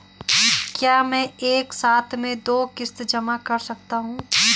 क्या मैं एक ही साथ में दो किश्त जमा कर सकता हूँ?